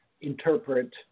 interpret